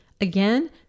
Again